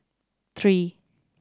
three